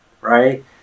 right